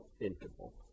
interval